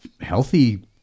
healthy